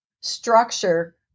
structure